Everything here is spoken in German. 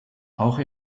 auch